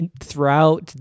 throughout